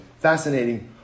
Fascinating